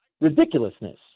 ridiculousness